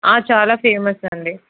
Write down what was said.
చాలా ఫేమస్ అండి